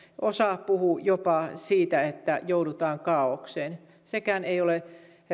osa puhuu jopa siitä että joudutaan kaaokseen sekään ei ole